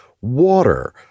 water